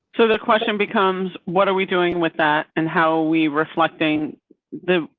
so the question becomes, what are we doing with that and how we reflecting the.